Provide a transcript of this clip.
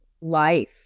life